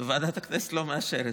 וועדת הכנסת לא מאשרת?